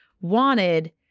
wanted